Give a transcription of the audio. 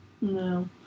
No